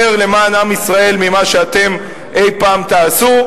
למען עם ישראל ממה שאתם אי-פעם תעשו,